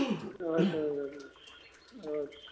اَدٕ حظ اَدٕ حظ